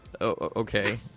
Okay